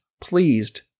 pleased